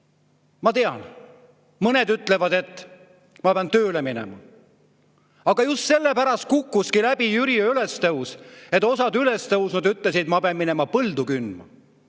Ma tean, mõned ütlevad, et nad peavad tööle minema, aga just selle pärast kukkuski läbi jüriöö ülestõus, et osa üles tõusnuid ütles, et nad peavad minema põldu kündma.